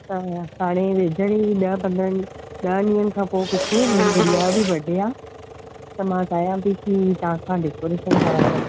त हाणे वेझण ई ॾह पंद्रहंनि ॾह ॾींहनि खां पोइ कुझु मुंहिंजी गुड़िया जो बर्डे आहे त मां चाहियां थी की तव्हांखां डेकोरेशन कराया